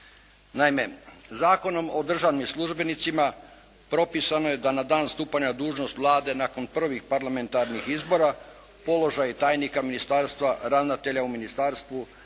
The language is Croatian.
Naime, Zakonom o državnim službenicima propisano je da na dan stupanja dužnost Vlade nakon prvih parlamentarnih izbora, položaj tajnika ministarstva, ravnatelja u ministarstvu,